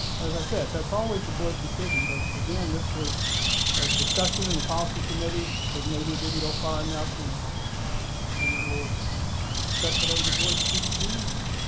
as i said, that's always the board's decision, but, again, this was a discussion in the policy committee, but maybe it didn't go far enough and and i will accept whatever the board chooses to do tonight.